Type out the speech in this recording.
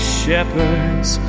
shepherds